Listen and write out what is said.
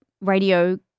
radio